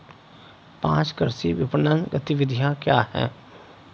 पाँच कृषि विपणन गतिविधियाँ क्या हैं?